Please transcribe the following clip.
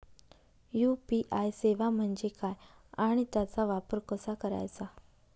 UPI सेवा म्हणजे काय आणि त्याचा वापर कसा करायचा?